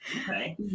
Okay